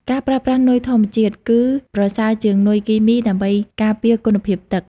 ការប្រើប្រាស់ នុយធម្មជាតិ គឺប្រសើរជាងនុយគីមី ដើម្បីការពារគុណភាពទឹក។